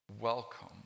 welcome